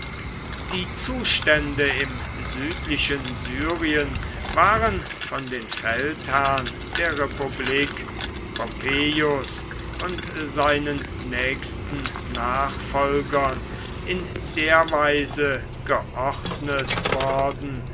die zustände im südlichen syrien waren von den feldherrn der republik pompeius und seinen nächsten nachfolgern in der weise geordnet worden